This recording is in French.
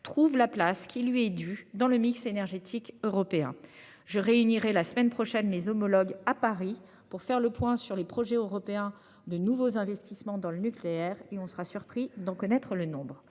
trouve la place qui lui est dû, dans le mix énergétique européen. Je réunirai la semaine prochaine, mes homologues à Paris pour faire le point sur les projets européens de nouveaux investissements dans le nucléaire et on sera surpris d'en connaître le nombre.